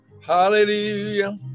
Hallelujah